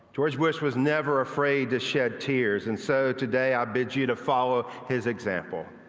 george bush was never afraid to shed tears and so today i bet you to follow his example.